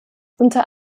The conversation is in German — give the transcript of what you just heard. unter